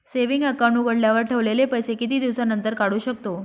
Saving account उघडल्यावर ठेवलेले पैसे किती दिवसानंतर काढू शकतो?